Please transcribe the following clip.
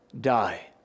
die